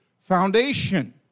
foundation